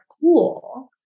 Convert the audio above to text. cool